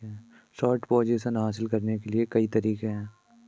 short position हासिल करने के कई तरीके हैं